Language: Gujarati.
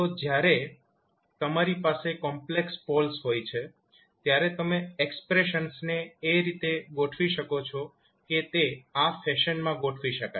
તો જ્યારે તમારી પાસે કોમ્પ્લેક્સ પોલ્સ હોય છે ત્યારે તમે એક્સપ્રેશન્સને એ રીતે ગોઠવી શકો છો કે તે આ ફેશન માં ગોઠવી શકાય